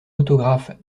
autographe